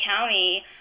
County